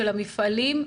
של המפעלים,